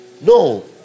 no